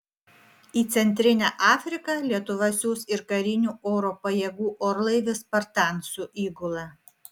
į centrinę afriką lietuva siųs ir karinių oro pajėgų orlaivį spartan su įgula